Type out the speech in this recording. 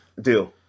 Deal